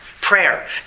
Prayer